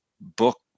book